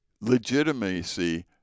legitimacy